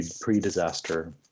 pre-disaster